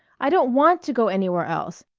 i don't want to go anywhere else.